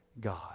God